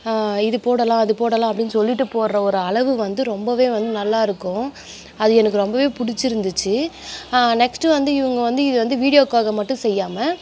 இது போடலாம் அது போடலாம் அப்படின்னு சொல்லிட்டு போடுற ஒரு அளவு வந்து ரொம்பவே வந்து நல்லாயிருக்கும் அது எனக்கு ரொம்பவே பிடிச்சிருந்துச்சி நெக்ஸ்ட்டு வந்து இவங்க வந்து இதை வந்து வீடியோவுக்காக மட்டும் செய்யாமல்